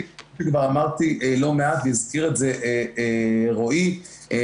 לגבי --- כבר אמרתי לא מעט והזכיר את זה רועי את